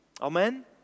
Amen